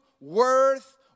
worth